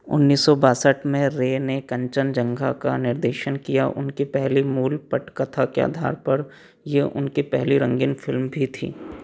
उन्नीस सौ बासठ में रे ने कंचनजँघा का निर्देशन किया उनकी पहली मूल पटकथा के आधार पर ये उनकी पहली रंगीन फिल्म भी थी